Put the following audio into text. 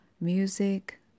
music